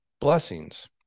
blessings